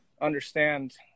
understand